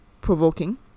provoking